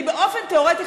באופן תיאורטי,